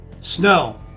snow